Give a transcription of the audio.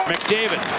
McDavid